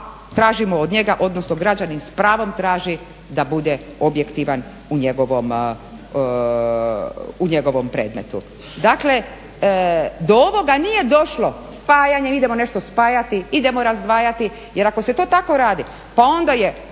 tražimo od njega, odnosno građanin s pravom traži da bude objektivan u njegovom predmetu. Dakle, do ovoga nije došlo spajanjem, idemo nešto spajati, idemo razdvajati. Jer ako se to tako radi, pa onda je